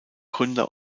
gründer